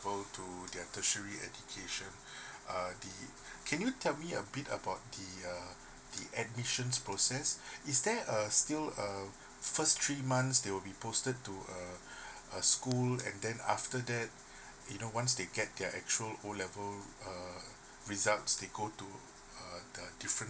to their tertiary education uh the can you tell me a bit about the uh the admissions process is there a still uh first three months they will be posted to uh a school and then after that you know once they get get their actual O level uh result they go to uh uh different